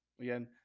again